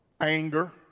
Anger